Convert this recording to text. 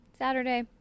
saturday